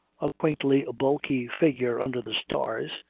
a quaintly bulky figure under the stars,